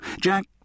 Jack